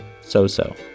so-so